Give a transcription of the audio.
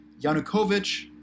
Yanukovych